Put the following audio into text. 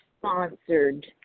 sponsored